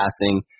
passing